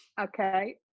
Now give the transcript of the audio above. Okay